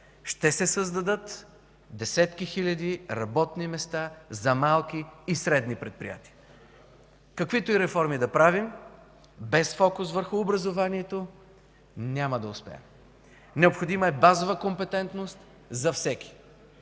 Ще се създадат десетки хиляди работни места за малки и средни предприятия. Каквито и реформи да правим, без фокус върху образованието няма да успеем. Необходима е базова компетентност за всеки.